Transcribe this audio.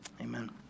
Amen